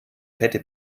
fette